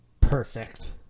Perfect